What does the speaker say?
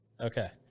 okay